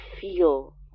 feel